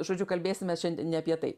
žodžiu kalbėsim mes šiandien ne apie tai